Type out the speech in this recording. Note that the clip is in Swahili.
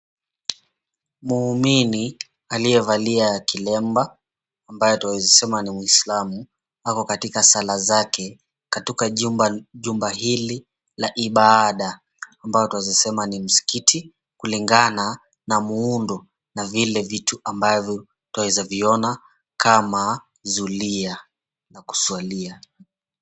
Muumini aliyevalia kilemba, ambaye twaweza sema ni muislamu. Ako katika sala zake, katika jumba jumba hili la ibada. Ambayo twaweza sema ni msikiti, kulingana na muundo, na vile vitu kama zulia la kuswalia.